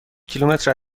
کیلومتر